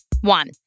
One